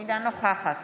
אינה נוכחת